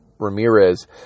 Ramirez